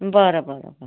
बरं बरं बरं